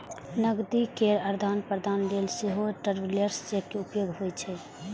नकदी केर आदान प्रदान लेल सेहो ट्रैवलर्स चेक के उपयोग होइ छै